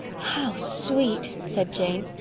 how sweet! said jane.